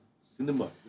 cinema